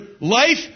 life